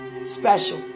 special